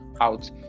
out